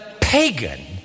pagan